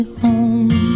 home